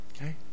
Okay